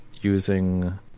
using